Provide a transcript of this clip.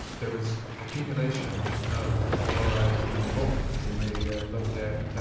there was accumulation of fluoride in bone. and they looked at